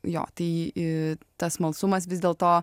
jo tai tas smalsumas vis dėl to